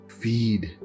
Feed